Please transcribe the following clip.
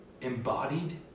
embodied